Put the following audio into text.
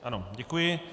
Ano, děkuji.